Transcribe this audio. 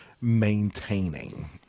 maintaining